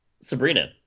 Sabrina